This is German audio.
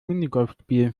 minigolfspielen